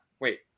Wait